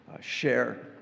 share